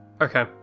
Okay